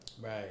Right